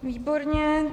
Výborně.